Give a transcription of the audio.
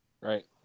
Right